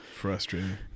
frustrating